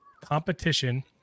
competition